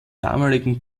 damaligen